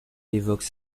évoquent